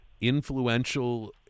influential